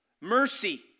Mercy